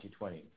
2020